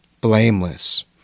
blameless